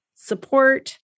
Support